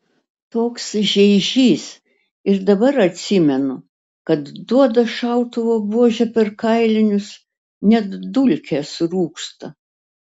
toks žeižys ir dabar atsimenu kad duoda šautuvo buože per kailinius net dulkės rūksta